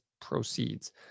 proceeds